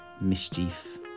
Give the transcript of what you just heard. mischief